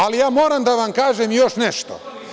Ali, ja moram da vam kažem još nešto.